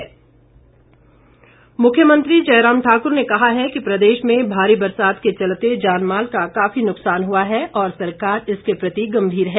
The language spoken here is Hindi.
मुख्यमंत्री मुख्यमंत्री जयराम ठाकुर ने कहा है कि प्रदेश में भारी बरसात के चलते जानमाल का काफी नुकसान हुआ है और सरकार इसके प्रति गंभीर है